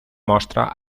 mostra